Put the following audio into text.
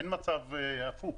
אין מצב הפוך.